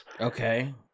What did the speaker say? Okay